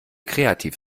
kreativ